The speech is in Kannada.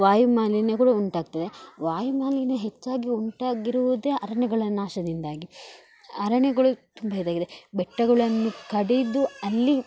ವಾಯು ಮಾಲಿನ್ಯಗಳು ಉಂಟಾಗ್ತದೆ ವಾಯು ಮಾಲಿನ್ಯ ಹೆಚ್ಚಾಗಿ ಉಂಟಾಗಿರುವುದೆ ಅರಣ್ಯಗಳ ನಾಶದಿಂದಾಗಿ ಅರಣ್ಯಗಳು ತುಂಬ ಇದಾಗಿದೆ ಬೆಟ್ಟಗಳನ್ನು ಕಡಿದು ಅಲ್ಲಿ